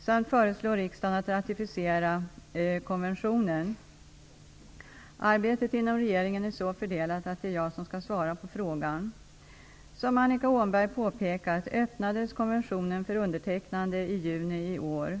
samt föreslå riksdagen att ratificera konventionen. Arbetet inom regeringen är så fördelat att det är jag som skall svara på frågan. Som Annika Åhnberg påpekat öppnades konventionen för undertecknande i juni i år.